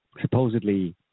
Supposedly